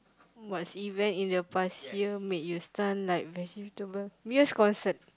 what's event in the past year made you stun like vegetable Muse concert